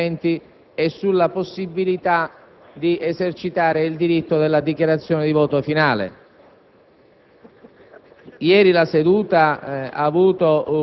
l'illustrazione di eventuali residui emendamenti e per esercitare il diritto della dichiarazione di voto finale.